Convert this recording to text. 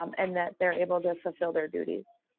um and that they're able to fulfill their disease.